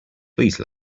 please